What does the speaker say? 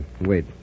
wait